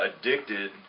addicted